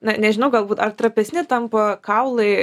na nežinau galbūt ar trapesni tampa kaulai